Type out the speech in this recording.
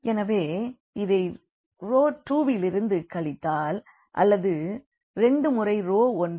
எனவே இதை ரோ 2 லிருந்து கழித்தால் அதாவது 2 முறை ரோ 1 ஐ அப்போது இது 0 வாகும்